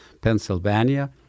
Pennsylvania